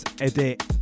Edit